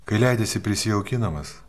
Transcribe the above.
kai leidiesi prisijaukinamas